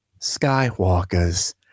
Skywalkers